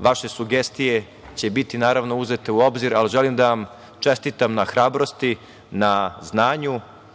vaše sugestije će biti uzete u obzir, ali želim da vam čestitam na hrabrosti, na znanju,